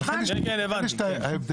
אם בכלל יגיעו לכדי תרומות הרי הכול